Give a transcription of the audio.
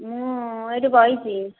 ମୁଁ ଏଇଠି ବସିଛି